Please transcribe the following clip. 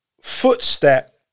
footstep